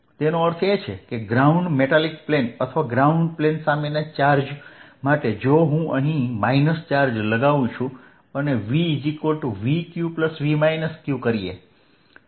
તેનો અર્થ એ કે ગ્રાઉન્ડ્ડ મેટાલિક પ્લેન અથવા ગ્રાઉન્ડ્ડ પ્લેન સામેના ચાર્જ માટે જો હું અહીં માઈનસ ચાર્જ લગાઉં છું અને VVqV q તો આ સોલ્યુશન છે